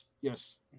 Yes